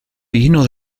vino